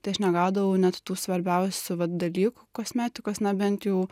tai aš negaudavau net tų svarbiausių vat dalykų kosmetikos nebent jau